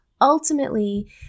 ultimately